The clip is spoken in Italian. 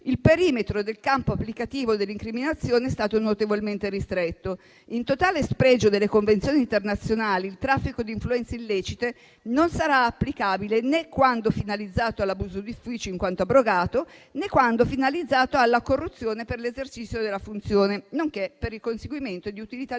il perimetro del campo applicativo dell'incriminazione è stato notevolmente ristretto: in totale spregio delle convenzioni internazionali, il reato di traffico di influenze illecite non sarà applicabile né quando finalizzato all'abuso di ufficio in quanto abrogato, né quando finalizzato alla corruzione per l'esercizio della funzione, nonché per il conseguimento di utilità diverse da